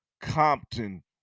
Compton